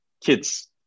kids